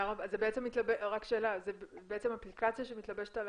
זה בעצם אפליקציה שמתלבשת על